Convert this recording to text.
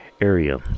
area